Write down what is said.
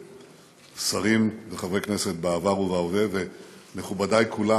שרים וחברי כנסת בעבר ובהווה ומכובדי כולם,